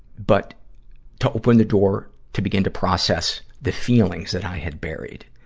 but to open the door to begin to process the feelings that i had buried.